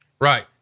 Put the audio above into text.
Right